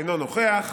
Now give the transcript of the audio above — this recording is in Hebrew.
אינו נוכח,